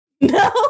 No